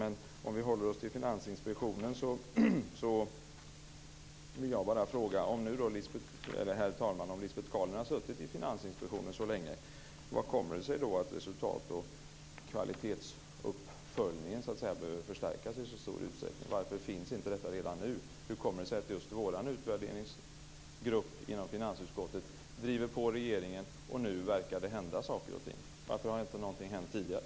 Men om vi håller oss till Finansinspektionen vill jag bara fråga: Om nu Lisbet Calner har suttit i dess styrelse så länge, hur kommer det sig då att resultatoch kvalitetsuppföljningen behöver förstärkas i så stor utsträckning? Varför finns inte en sådan redan nu? Hur kommer det det sig att just när vår utvärderingsgrupp inom finansutskottet driver på regeringen verkar det hända saker och ting? Varför har inte någonting hänt tidigare?